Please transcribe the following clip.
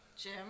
Jim